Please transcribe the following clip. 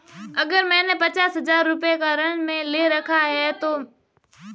अगर मैंने पचास हज़ार रूपये का ऋण ले रखा है तो मेरी मासिक किश्त कितनी होगी?